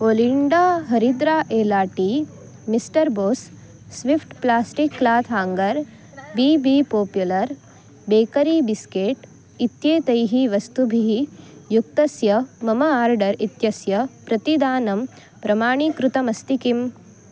Olinda हरिद्रा एला tea mister Bose swift plastic cloth hanger B B popular bakery biscuit इत्येतैः वस्तुभिः युक्तस्य मम आर्डर् इत्यस्य प्रतिदानं प्रमाणीकृतमस्ति किम्